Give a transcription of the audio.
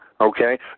okay